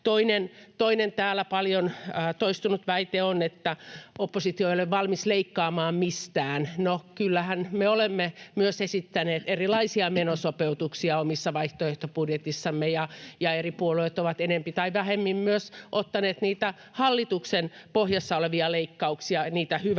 Toinen täällä paljon toistunut väite on, että oppositio ei ole valmis leikkaamaan mistään. No, kyllähän me olemme myös esittäneet erilaisia menosopeutuksia omissa vaihtoehtobudjeteissamme, ja eri puolueet ovat enempi tai vähempi myös ottaneet niitä hallituksen pohjassa olevia leikkauksia, niitä hyväksyneet.